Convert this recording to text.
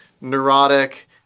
neurotic